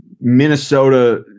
Minnesota